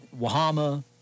Wahama